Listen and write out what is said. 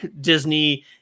Disney